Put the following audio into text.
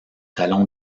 talon